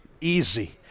easy